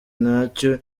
nyacyo